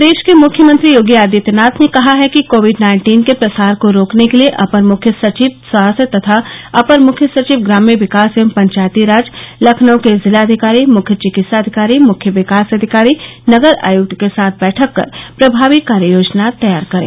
प्रदेश के मुख्यमंत्री योगी आदित्यनाथ ने कहा है कि कोविड नाइन्टीन के प्रसार को रोकने के लिये अपर मुख्य सचिव स्वास्थ्य तथा अपर मुख्य सचिव ग्राम्य विकास एवं पंचायतीराज लखनऊ के जिलाधिकारी मुख्य चिकित्सा अधिकारी मुख्य विकास अधिकारी नगर आयुक्त के साथ बैठक कर प्रभावी कार्य योजना तैयार करें